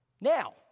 Now